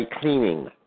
cleaning